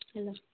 hello